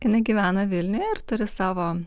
jinai gyvena vilniuje ir turi savo